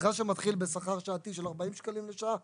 מכרז שמתחיל בשכר שעתי של 40 שקלים לשעה,